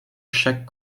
chaque